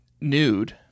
nude